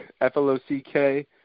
F-L-O-C-K